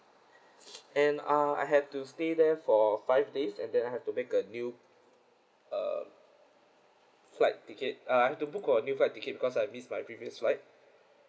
and uh I had to stay there for five days and then I have to make a new uh flight ticket uh I've to book a new flight ticket because I miss my previous flight